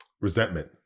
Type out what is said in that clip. resentment